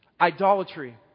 Idolatry